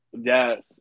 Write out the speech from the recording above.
yes